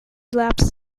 laps